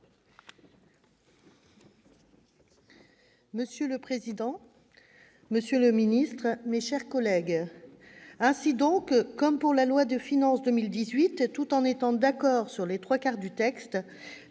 Monsieur le président, monsieur le secrétaire d'État, mes chers collègues, ainsi donc, comme pour la loi de finances pour 2018, tout en étant d'accord sur les trois quarts du texte,